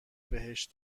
بهش